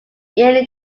ian